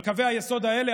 על קווי היסוד האלה,